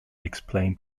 explained